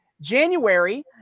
January